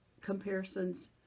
comparisons